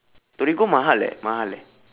torigo mahal eh mahal eh